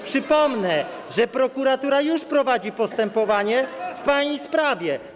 Przypomnę, że prokuratura już prowadzi postępowanie w pani sprawie.